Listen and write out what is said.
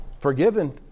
Forgiven